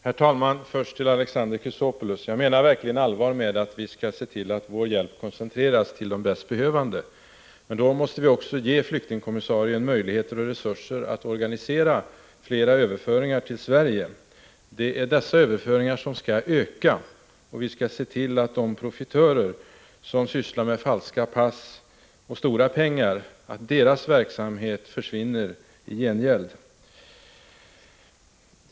Herr talman! Jag menar verkligen allvar, Alexander Chrisopoulos, med att vi skall se till att vår hjälp koncentreras till de bäst behövande. Men då måste vi också ge flyktingkommissarien möjligheter och resurser att organisera fler överföringar till Sverige. Det är dessa överföringar som skall öka, och vi skall i gengäld se till att den verksamhet som bedrivs av profitörer som sysslar med falska pass och stora pengar försvinner.